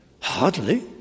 Hardly